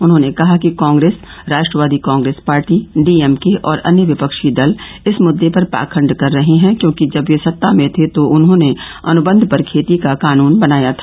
उन्होंने कहा कि कांग्रेस राष्ट्रवादी कांग्रेस पार्टी डीएमके और अन्य विपक्षी दल इस मुद्दे पर पाखंड कर रहे हैं क्योंकि जब वे सत्ता में थे तो उन्होंने अनुबंध पर खेती का कानून बनाया था